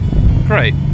Great